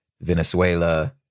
Venezuela